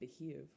behave